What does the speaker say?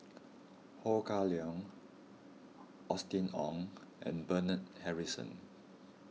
Ho Kah Leong Austen Ong and Bernard Harrison